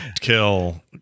Kill